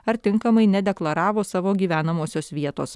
ar tinkamai nedeklaravo savo gyvenamosios vietos